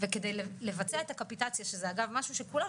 וכדי לבצע את הקפיטציה שזה אגב משהו שכולם